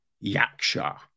Yaksha